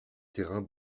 terrains